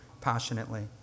passionately